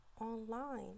online